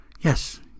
Yes